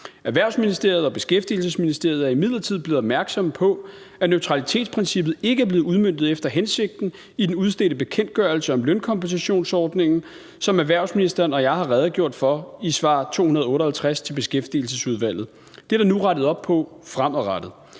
Erhvervsministeriet og Beskæftigelsesministeriet er imidlertid blevet opmærksomme på, at neutralitetsprincippet ikke er blevet udmøntet efter hensigten i den udstedte bekendtgørelse om lønkompensationsordningen, som erhversministeren og jeg har redegjort for i svar 258 til Beskæftigelsesudvalget. Det er der nu rettet op på fremadrettet.